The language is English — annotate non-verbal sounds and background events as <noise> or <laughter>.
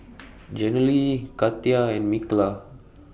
<noise> Jenilee Katia and Mikalah